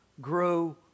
grow